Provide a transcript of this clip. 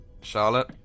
Charlotte